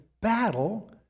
battle